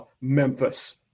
memphis